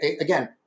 Again